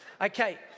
Okay